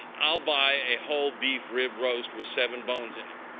i'll buy a whole beef rib roast with seven bones in it.